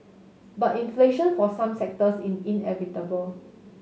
but inflation for some sectors is inevitable